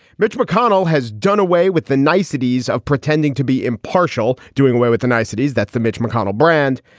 mitch mcconnell has done away with the niceties of pretending to be impartial. doing away with the niceties that the mitch mcconnell brand,